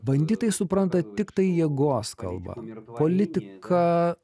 banditai supranta tiktai jėgos kalbą politika